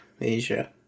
Asia